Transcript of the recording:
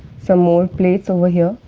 some more plates over here,